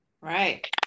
Right